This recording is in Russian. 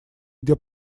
где